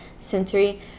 sensory